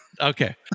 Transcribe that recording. Okay